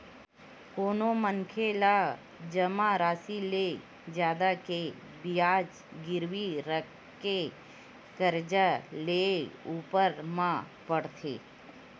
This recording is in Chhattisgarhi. कोनो मनखे ला जमा रासि ले जादा के बियाज गिरवी रखके करजा लेय ऊपर म पड़थे